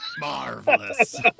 marvelous